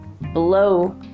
blow